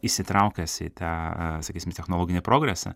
įsitraukęs į tą a sakysim technologinį progresą